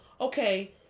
okay